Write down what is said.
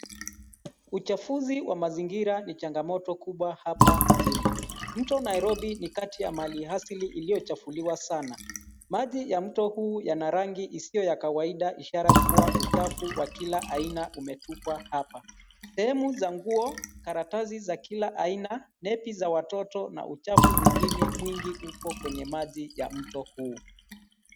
Uchafuzi wa mazingira ni changamoto kubwa hapa mjini. Mto Nairobi ni kati ya mali asili iliyochafuliwa sana. Maji ya mto huu yana rangi isiyo ya kawaida, ishara kuwa uchafu wa kila aina umetupwa hapa. Sehemu za nguo, karatasi za kila aina , neti za watoto na uchafu mwingine mwingi upo kwenye maji ya mto huu.